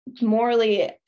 morally